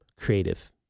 creative